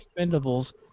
Expendables